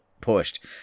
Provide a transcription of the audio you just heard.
pushed